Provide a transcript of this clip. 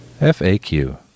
FAQ